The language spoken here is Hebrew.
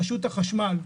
רשות החשמל,